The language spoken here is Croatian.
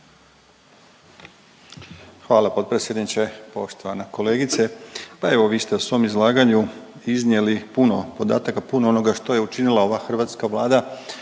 Hvala potpredsjedniče. Poštovana kolegice. Pa evo vi ste u svom izlaganju iznijeli puno podataka, puno onoga što je učinila ova hrvatska Vlada